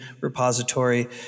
repository